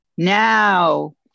Now